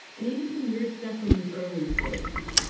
and even some weird stuff from the early plagues.